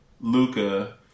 Luca